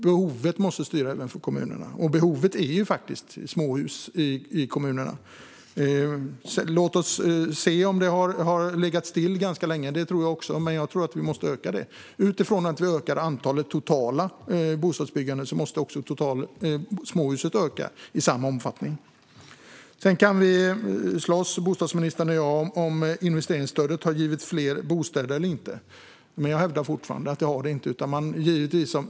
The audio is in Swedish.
Behovet måste styra även för kommunerna, och det är faktiskt ett behov av småhus i kommunerna. Låt oss se om det har legat stilla ganska länge! Det tror jag också, men jag tror att vi måste öka det. När vi ökar det totala bostadsbyggandet måste småhusbyggandet öka i samma omfattning. Sedan kan bostadsministern och jag slåss om huruvida investeringsstödet har givit fler bostäder eller inte, men jag hävdar fortfarande att det inte har det.